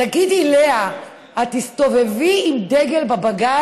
תגידי, לאה, את תסתובבי עם דגל בבגאז'?